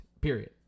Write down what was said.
Period